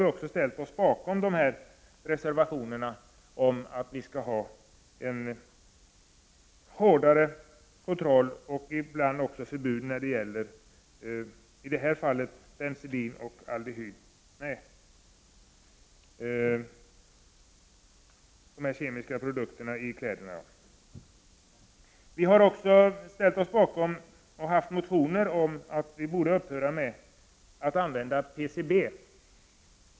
Vi har ställt oss bakom reservationerna om en hårdare kontroll av och ibland också förbud mot kemiska produkter i kläder. Vi har också motionerat om att man borde upphöra med att använda PCB.